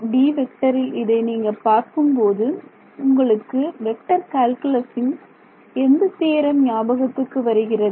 D இதை நீங்கள் பார்க்கும் போது உங்களுக்கு வெக்டர் கால்குலஸ் இன் எந்த தியரம் ஞாபகத்துக்கு வருகிறது